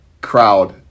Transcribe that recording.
Crowd